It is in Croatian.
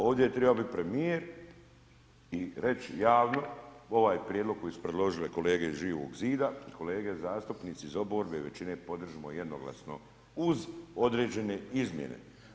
Ovdje je trebao biti premijer i reći javno ovaj prijedlog koji su predložile kolege iz Živog zida, kolege zastupnici iz oporbe većine podržimo jednoglasno uz određene izmjene.